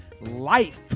life